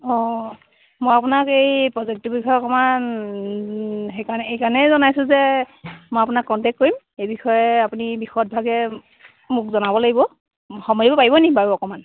অ' মই আপোনাক এই প্ৰজেক্টটোৰ বিষয়ে অকণমান এই কাৰণেই জনাইছোঁ যে মই আপোনাক কণ্টেক কৰিম এই বিষয়ে আপুনি বিশদভাৱে মোক জনাব লাগিব সময় দিব পাৰিব নি অকণমান